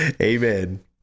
Amen